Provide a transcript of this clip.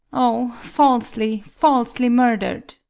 o, falsely, falsely murder'd!